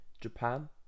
Japan